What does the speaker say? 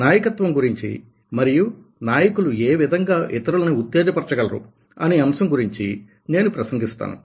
నాయకత్వం గురించి మరియు నాయకులు ఏవిధంగా ఇతరులని ఉత్తేజపరచ గలరు అనే అంశం గురించి నేను ప్రసంగిస్తాను